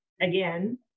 again